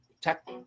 tech